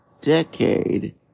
decade